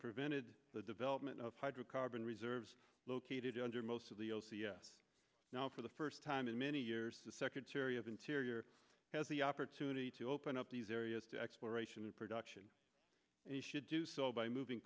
prevented the development of hydrocarbon reserves located under most of the now for the first time in many years the secretary of interior has the opportunity to open up these areas to exploration and production and he should do so by moving